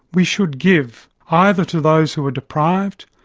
we should give, either to those who are deprived,